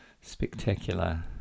spectacular